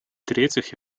третьих